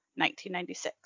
1996